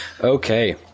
Okay